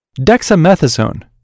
Dexamethasone